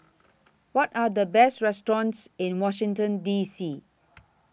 What Are The Best restaurants in Washington D C